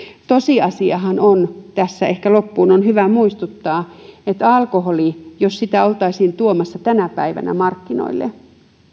tosiasiahan tässä on ehkä loppuun on hyvä muistuttaa että alkoholi jos sitä oltaisiin tuomassa tänä päivänä markkinoille